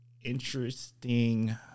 interesting